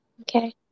Okay